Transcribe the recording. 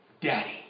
Daddy